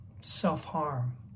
self-harm